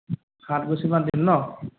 সাত গোছিমান দিম ন